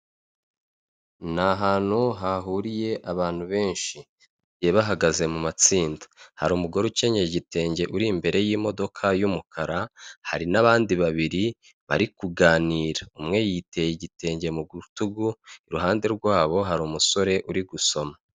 Ni ahantu hahuriye abantu benshi, bagiye bahagaze mu matsinda, hari umugore ukenyeye igitenge uri imbere y'imodoka y'umukara, hari n'abandi babiri bari kuganira, umwe yiteye igitenge mu rutugu iruhande rwabo hari umusore uri gusoma.